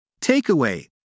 Takeaway